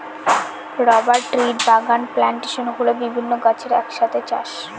rubber ট্রির বাগান plantation হল বিভিন্ন গাছের এক সাথে চাষ